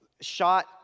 shot